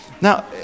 Now